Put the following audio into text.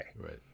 right